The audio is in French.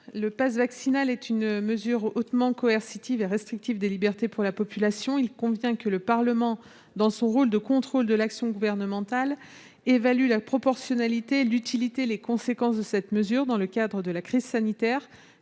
Le passe vaccinal est une mesure hautement coercitive et restrictive de libertés pour la population. Il convient que le Parlement, dans son rôle de contrôle de l'action gouvernementale, évalue la proportionnalité, l'utilité et les conséquences de cette mesure dans le cadre de la crise sanitaire,